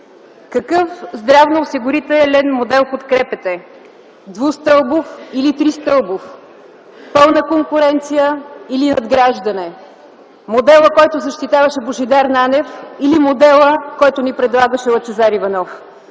Какъв здравноосигурителен модел подкрепяте – двустълбов или тристълбов, пълна конкуренция или надграждане, модела, който защитаваше Божидар Нанев, или модела, който ни предлагаше Лъчезар Иванов?